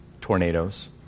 tornadoes